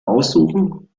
aussuchen